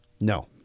No